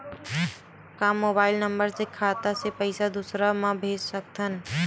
का mobile number बस से खाता से पईसा दूसरा मा भेज सकथन?